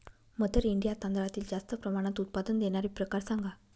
mother India तांदळातील जास्त प्रमाणात उत्पादन देणारे प्रकार सांगा